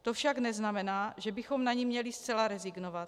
To však neznamená, že bychom na ni měli zcela rezignovat.